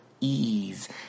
ease